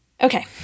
Okay